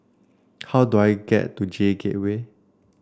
how do I get to J Gateway